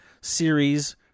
series